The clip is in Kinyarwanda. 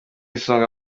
isonga